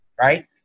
right